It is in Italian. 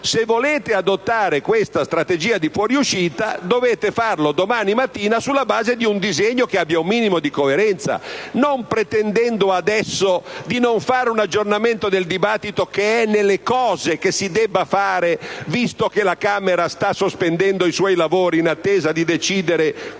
Se volete adottare questa strategia di fuoriuscita dovete farlo domani mattina sulla base di un disegno che abbia un minimo di coerenza, non pretendendo adesso di non fare un aggiornamento del dibattito che è nelle cose si debba fare, visto che la Camera sta sospendendo i suoi lavori in attesa di decidere come